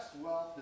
wealth